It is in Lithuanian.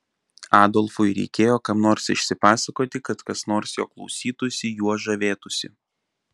adolfui reikėjo kam nors išsipasakoti kad kas nors jo klausytųsi juo žavėtųsi